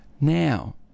now